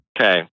okay